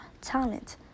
talent